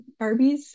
Barbies